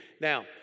now